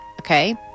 Okay